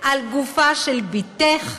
על גופה של בתך,